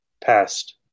past